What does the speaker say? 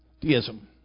Deism